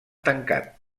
tancat